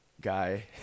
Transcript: guy